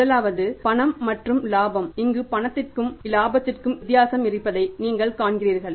முதலாவது பண மற்றும் இலாபம் இங்கு பணத்திற்கும் இலாபத்திற்கும் வித்தியாசம் இருப்பதை நீங்கள் காண்கிறீர்கள்